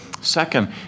Second